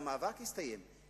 המאבק יסתיים.